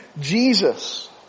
Jesus